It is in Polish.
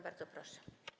Bardzo proszę.